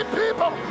people